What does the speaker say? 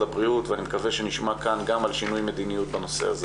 הבריאות ואני מקווה שנשמע כאן גם על שינוי מדיניות בנושא הזה.